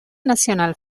nacional